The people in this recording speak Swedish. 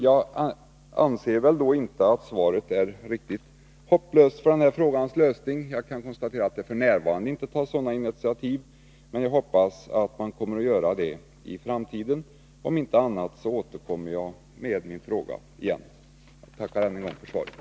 Jag anser emellertid inte att svaret är så negativt för den här frågans lösning. Jag kan konstatera att det f. n. inte tas några initiativ i det avseendet, men jag hoppas att man kommer att göra det i framtiden. Om inte, så återkommer jag med min fråga. Jag tackar än en gång för svaret.